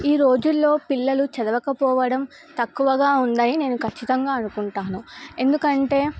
ఈ రోజుల్లో పిల్లలు చదవకపోవడం తక్కువగా ఉందయ నేను ఖచ్చితంగా అనుకుంటాను ఎందుకంటే